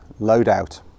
loadout